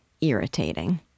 irritating